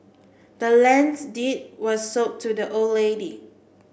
the land's deed was sold to the old lady